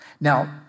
Now